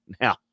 now